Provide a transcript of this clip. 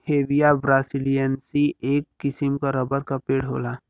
Hevea brasiliensis, एक किसिम क रबर क पेड़ होला